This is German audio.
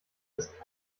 ist